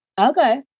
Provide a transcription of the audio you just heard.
Okay